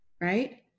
right